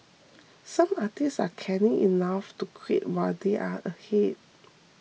some artists are canny enough to quit while they are ahead